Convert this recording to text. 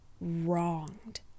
wronged